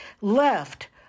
left